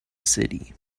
city